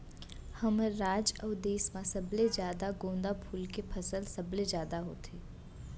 हमर राज अउ देस म सबले जादा गोंदा फूल के फसल सबले जादा होथे